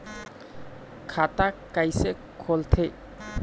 खाता कइसे खोलथें?